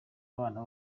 abana